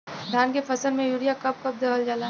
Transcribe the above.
धान के फसल में यूरिया कब कब दहल जाला?